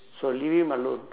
so leave him alone